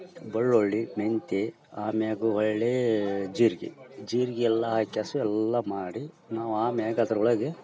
ಬೆಳ್ಳೊಳ್ಳಿ ಮೆಂತೆ ಆಮ್ಯಾಗ ಹೊಳ್ಳೀ ಜೀರ್ಗಿ ಜೀರ್ಗಿ ಎಲ್ಲ ಆಕ್ಯಾಸಿ ಎಲ್ಲಾ ಮಾಡಿ ನಾವು ಆಮೇಗ ಅದರೊಳಗೆ